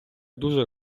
дуже